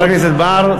חבר הכנסת בר,